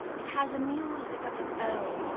it has a music of its own.